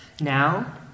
Now